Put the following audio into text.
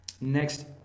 Next